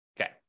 Okay